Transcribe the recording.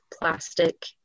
plastic